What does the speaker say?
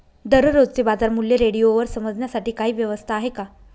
दररोजचे बाजारमूल्य रेडिओवर समजण्यासाठी काही व्यवस्था आहे का?